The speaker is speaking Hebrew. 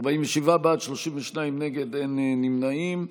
47 בעד, 32 נגד, אין נמנעים.